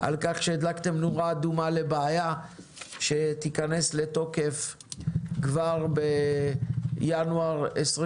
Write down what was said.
על כך שהדלקתם נורה אדומה לבעיה שתיכנס לתוקף כבר בינואר 2023,